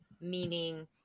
meaning